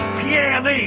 piano